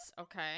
Okay